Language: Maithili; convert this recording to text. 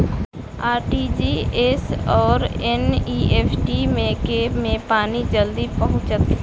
आर.टी.जी.एस आओर एन.ई.एफ.टी मे केँ मे पानि जल्दी पहुँचत